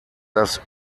das